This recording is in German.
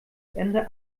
ende